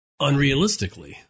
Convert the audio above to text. unrealistically